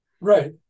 Right